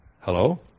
Hello